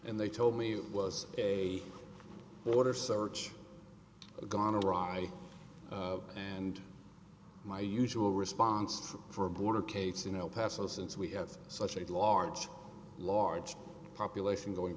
and they told me it was a water search gone awry and my usual response for a border case in el paso since we have such a large large population going